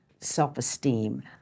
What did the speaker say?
self-esteem